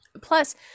plus